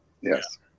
Yes